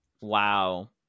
Wow